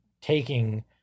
taking